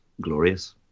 glorious